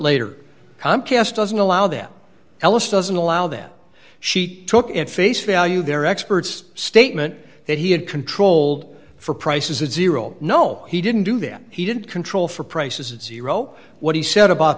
later comcast doesn't allow them ellis doesn't allow them she took at face value their experts statement that he had control for prices at zero no he didn't do them he didn't control for prices it's zero what he said about